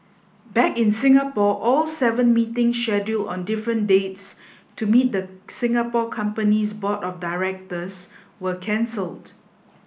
back in Singapore all seven meetings scheduled on different dates to meet the Singapore company's board of directors were cancelled